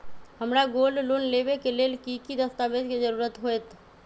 हमरा gold loan लेबे के लेल कि कि दस्ताबेज के जरूरत होयेत?